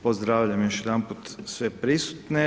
Pozdravljam još jedanput sve prisutne.